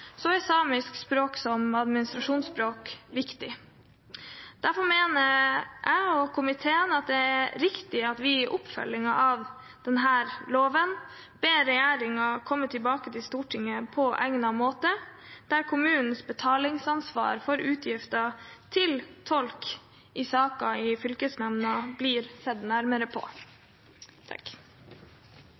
er samisk språk som administrasjonsspråk viktig. Derfor mener jeg og komiteen at det er riktig at vi i oppfølgingen av denne loven ber regjeringen komme tilbake til Stortinget på egnet måte, der kommunenes betalingsansvar for utgifter til tolk i saker i fylkesnemnda blir sett nærmere på.